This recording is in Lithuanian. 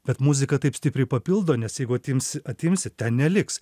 bet muzika taip stipriai papildo nes jeigu atimsi atimsi ten neliks